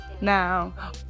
now